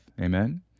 amen